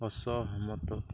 ଅସହମତ